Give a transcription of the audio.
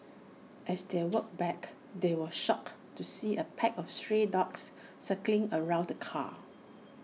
as they walked back they were shocked to see A pack of stray dogs circling around the car